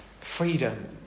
freedom